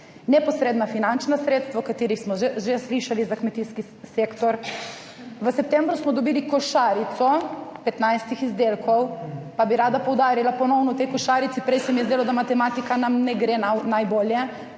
Neposredna finančna sredstva, o katerih smo že slišali za kmetijski sektor. V septembru smo dobili košarico 15 izdelkov, pa bi rada poudarila ponovno, v tej košarici, prej se mi je zdelo, da nam matematika ne gre najbolje,